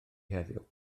heddiw